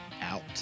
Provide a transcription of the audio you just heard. out